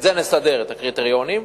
ונסדר את הקריטריונים.